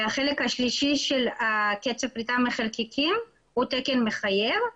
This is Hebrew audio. והחלק השלישי, קצב פליטת חלקיקים, הוא תקן מחייב,